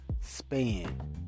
span